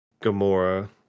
Gamora